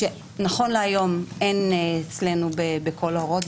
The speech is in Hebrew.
שנכון להיום אין אצלנו בכל ההוראות.